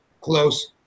close